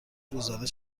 روزانه